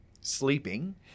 sleeping